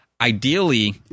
Ideally